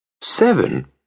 Seven